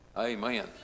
Amen